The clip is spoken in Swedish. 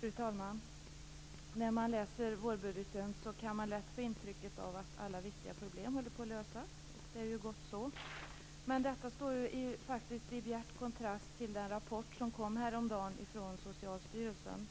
Fru talman! När man läser vårbudgeten kan man lätt få intrycket att alla viktiga problem håller på att lösas, och det är ju gott så. Men detta står ju faktiskt i bjärt kontrast till den rapport som häromdagen kom från Socialstyrelsen.